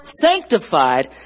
sanctified